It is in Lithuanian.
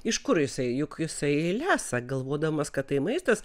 iš kur jisai juk jisai lesa galvodamas kad tai maistas